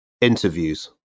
Interviews